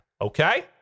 Okay